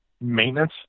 maintenance